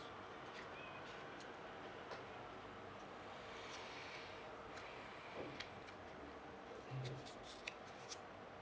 mm